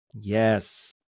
Yes